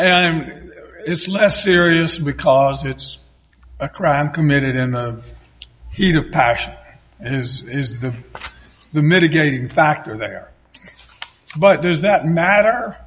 and it's less serious because it's a crime committed in the heat of passion and as is the the mitigating factor there but does that